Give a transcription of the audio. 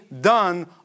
done